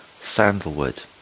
sandalwood